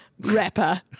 Rapper